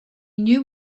knew